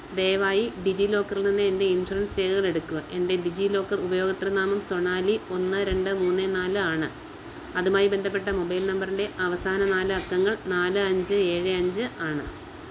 ദയവായി ഡിജിലോക്കറിൽ നിന്ന് എൻ്റെ ഇൻഷുറൻസ് രേഖകൾ എടുക്കുക എൻ്റെ ഡിജിലോക്കർ ഉപയോക്തൃ നാമം സൊണാലി ഒന്ന് രണ്ട് മൂന്ന് നാല് ആണ് അതുമായി ബന്ധപ്പെട്ട മൊബൈൽ നമ്പറിൻ്റെ അവസാന നാല് അക്കങ്ങൾ നാല് അഞ്ച് ഏഴ് അഞ്ച് ആണ്